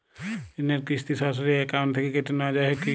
ঋণের কিস্তি সরাসরি অ্যাকাউন্ট থেকে কেটে নেওয়া হয় কি?